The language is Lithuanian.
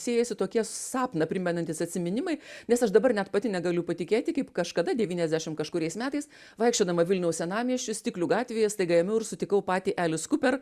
siejasi tokie sapną primenantys atsiminimai nes aš dabar net pati negaliu patikėti kaip kažkada devyniasdešim kažkuriais metais vaikščiodama vilniaus senamiesčiu stiklių gatvėje staiga ėmiau ir sutikau patį elis kuper